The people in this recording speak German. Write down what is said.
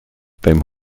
beim